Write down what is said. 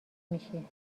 میشی